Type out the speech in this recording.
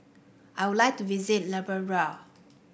I would like to visit Liberia